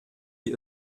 die